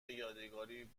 یادگاری